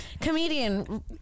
comedian